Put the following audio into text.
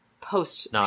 post